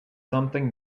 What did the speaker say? something